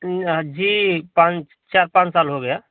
ई या जी पाँच चार पाँच साल हो गया